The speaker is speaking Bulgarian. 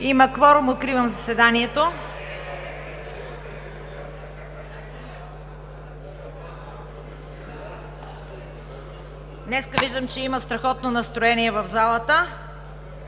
Има кворум. Откривам заседанието. (Звъни.) Виждам, че днес има страхотно настроение в залата.